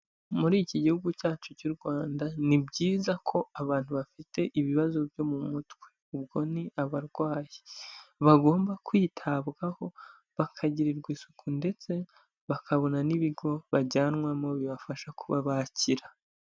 Muri iki gihugu cyacu cy'u Rwanda, ni byiza ko abantu bafite ibibazo byo mu mutwe, ubwo ni abarwayi, bagomba kwitabwaho bakagirirwa isuku ndetse bakabona n'ibigo bajyanwamo bibafasha kuba bakira.